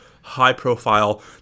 high-profile